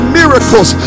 miracles